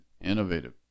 innovative